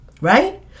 right